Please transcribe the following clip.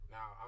Now